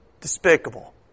despicable